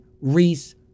Reese